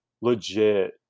legit